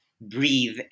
breathe